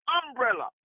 umbrella